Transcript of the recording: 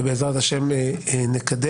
ובעזרת ה' נקדם.